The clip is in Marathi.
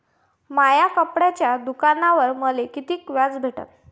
माया कपड्याच्या दुकानावर मले कितीक व्याज भेटन?